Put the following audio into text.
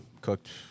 cooked